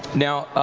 now,